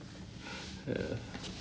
ya